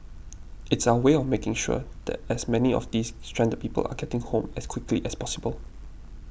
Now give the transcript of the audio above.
it's our way of making sure that as many of these stranded people are getting home as quickly as possible